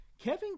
Kevin